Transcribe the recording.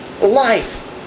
life